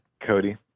Cody